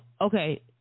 okay